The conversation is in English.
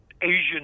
Asian